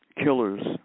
killers